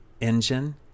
engine